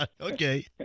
Okay